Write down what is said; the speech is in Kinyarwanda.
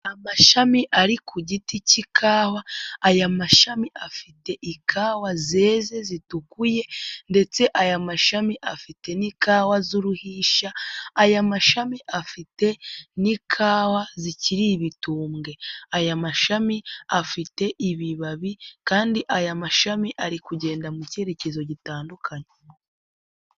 Amashami ari ku giti cy'ikawa, aya mashami afite ikawa zeze, zituguyeye ndetse aya mashami afite n'ikawa z'uruhisha, aya mashami afite n'ikawa zikiri ibitumbwe, aya mashami afite ibibabi kandi aya mashami ari kugenda mu cyerekezo gitandukanye.